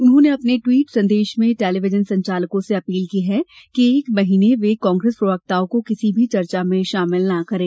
उन्होंने अपने ट्वीट संदेश में टेलीविजन संचालकों से अपील की है कि एक महिने वे कांग्रेस प्रवक्ताओं को किसी भी चर्चा में शामिल ना करें